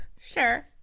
Sure